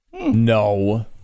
no